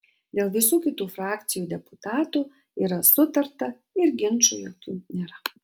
dėl visų kitų frakcijų deputatų yra sutarta ir ginčų jokių nėra